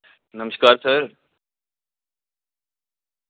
नमस्कार सर